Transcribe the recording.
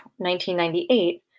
1998